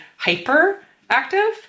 hyperactive